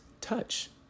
touch